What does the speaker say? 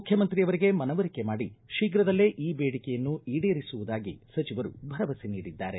ಮುಖ್ಯಮಂತ್ರಿಯವರಿಗೆ ಮನವರಿಕೆ ಮಾಡಿ ಶೀಘದಲ್ಲೇ ಈ ಬೇಡಿಕೆಯನ್ನು ಈಡೇರಿಸುವುದಾಗಿ ಸಚಿವರು ಭರವಸೆ ನೀಡಿದ್ದಾರೆ